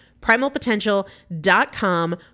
Primalpotential.com